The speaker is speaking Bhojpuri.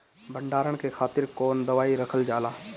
भंडारन के खातीर कौन दवाई रखल जाला?